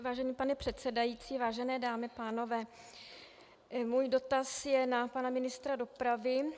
Vážený pane předsedající, vážené dámy, pánové, můj dotaz je na pana ministra dopravy.